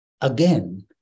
Again